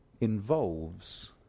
involves